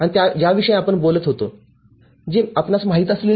म्हणून जेव्हा इनपुट कमी असेल तर आउटपुट जास्त असेल तर ही विशिष्ट गोष्ट आहे बरोबर